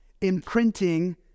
imprinting